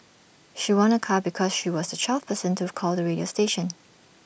she won A car because she was the twelfth person to call the radio station